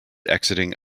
exiting